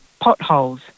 potholes